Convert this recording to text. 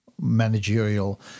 managerial